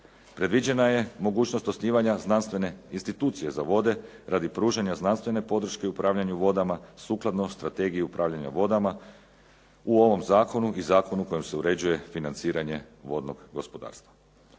Predviđena je mogućnost osnivanja znanstvene institucije za vode radi pružanja znanstvene podrške i upravljanju vodama sukladno strategiji upravljanja vodama u ovom zakonu i zakonu kojim se uređuje financiranje vodnog gospodarstva.